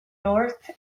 north